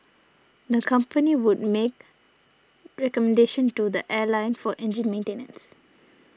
the company would make recommendations to the airline for engine maintenance